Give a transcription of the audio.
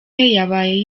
yababaye